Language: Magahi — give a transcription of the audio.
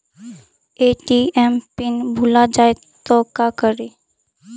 ए.टी.एम पिन भुला जाए तो का करी?